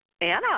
Anna